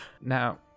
Now